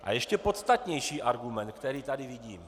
A ještě podstatnější argument, který tady vidím.